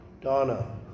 Donna